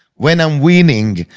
when i'm winning!